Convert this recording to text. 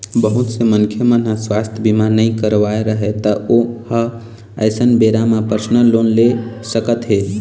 बहुत से मनखे मन ह सुवास्थ बीमा नइ करवाए रहय त ओ ह अइसन बेरा म परसनल लोन ले सकत हे